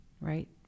right